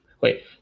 wait